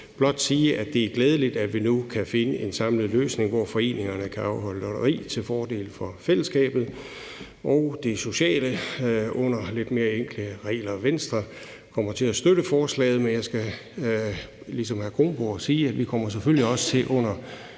blot sige, at det er glædeligt, at vi nu kan finde en samlet løsning, hvor foreningerne kan afholde lotteri til fordel for fællesskabet og det sociale under lidt mere enkle regler. Venstre kommer til at støtte forslaget, men jeg skal ligesom hr. Anders Kronborg sige, at vi selvfølgelig også kommer